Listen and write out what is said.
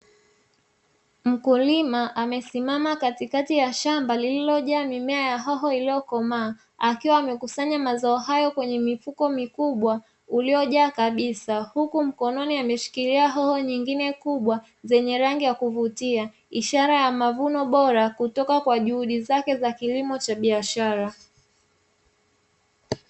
Mkulima amesimama katikati ya shamba iliojaa mimea ya hoho iliyokomaa akiwa amekusanya mazao hayo kwenye mifuko mikubwa. huku mkononi ameshikilia hoho kubwa yenye rangi ya kuvutia ishara ya mavuno bora kutoka juhudi zake za kilimo cha kibiashara.